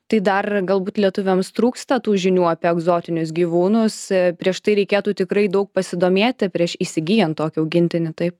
tai dar galbūt lietuviams trūksta tų žinių apie egzotinius gyvūnus prieš tai reikėtų tikrai daug pasidomėti prieš įsigyjant tokį augintinį taip